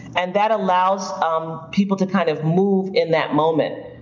and that allows um people to kind of move in that moment.